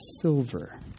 silver